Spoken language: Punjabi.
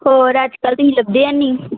ਹੋਰ ਅੱਜ ਕੱਲ੍ਹ ਤੁਸੀਂ ਲੱਭਿਆ ਨਹੀਂ